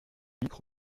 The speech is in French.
micros